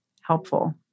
helpful